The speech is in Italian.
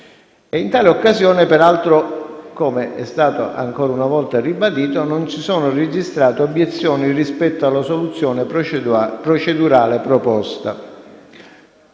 In tale occasione, peraltro, come è stato ancora una volta ribadito, non si sono registrate obiezioni rispetto alla soluzione procedurale proposta.